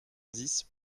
dix